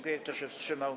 Kto się wstrzymał?